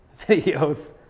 videos